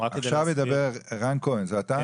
עכשיו ידבר רן כהן, זה אתה?